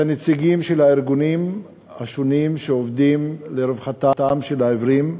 את הנציגים של הארגונים השונים שעובדים לרווחתם של העיוורים,